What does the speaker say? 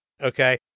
Okay